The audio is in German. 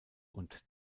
und